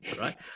right